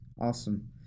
Awesome